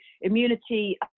immunity